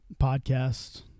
podcast